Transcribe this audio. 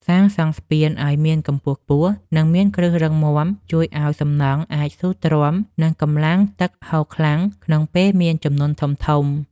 សាងសង់ស្ពានឱ្យមានកម្ពស់ខ្ពស់និងមានគ្រឹះរឹងមាំជួយឱ្យសំណង់អាចស៊ូទ្រាំនឹងកម្លាំងទឹកហូរខ្លាំងក្នុងពេលមានជំនន់ធំៗ។